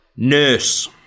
Nurse